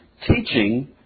teaching